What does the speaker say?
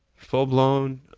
full blown,